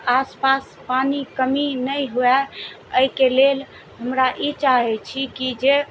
आसपास पानि कमी नहि हुवए अइके लेल हमरा ई चाहय छी कि जे